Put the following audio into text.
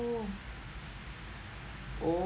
oh oh